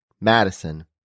Madison